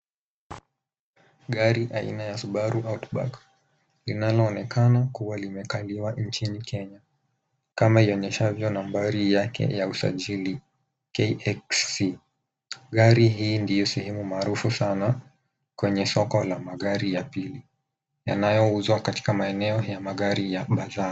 Gari aina ya Subaru outback linalo onekana kuwa limekaliwa nchini Kenya kama ionyeshavyo nambari yake ya usajili KXC gari hii ndio sehemu maarufu sana kwenye soko la magari ya pili yanayo uzwa katika maeneo ya bazaar .